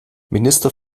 minister